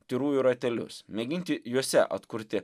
tyrųjų ratelius mėginti juose atkurti